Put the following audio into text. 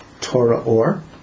Torah-or